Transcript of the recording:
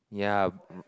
yeah oo